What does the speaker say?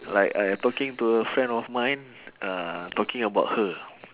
like I talking to a friend of mine uh talking about her